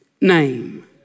name